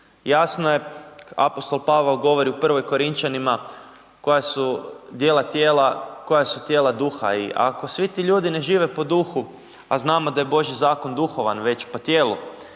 jasno je apostol Pavao govori u Prvoj Korinčanima koja su dijela tijela, koja su tijela duha i ako svi ti ljudi ne žive po duhu a znamo da je božji zakon duhovan već po tijelu,